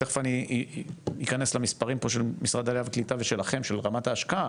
תיכף אני אכנס למספרים פה של משרד העלייה והקליטה ושלכם של רמת ההשקעה,